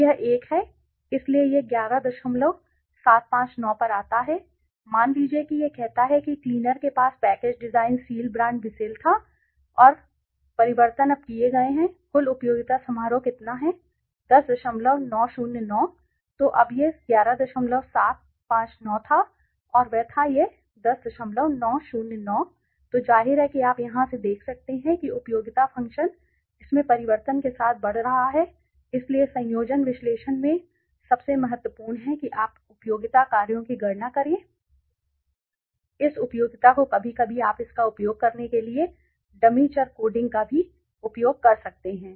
यह एक है इसलिए यह 11759 पर आता है मान लीजिए कि यह कहता है कि क्लीनर के पास package design seal brand Bissell था और आ गए परिवर्तन अब किए गए हैं कुल उपयोगिता समारोह कितना है 10909 तो अब यह 11759 था और वह था यह 10909 है तो जाहिर है कि आप यहां से देख सकते हैं कि उपयोगिता फ़ंक्शन इसमें परिवर्तन के साथ बढ़ रहा है इसलिए संयोजन विश्लेषण में सबसे महत्वपूर्ण है कि आप उपयोगिता कार्यों की गणना करें इस उपयोगिता को कभी कभी आप इसका उपयोग करने के लिए डमी चर कोडिंग का भी उपयोग कर सकते हैं